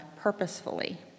purposefully